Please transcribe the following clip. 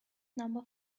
number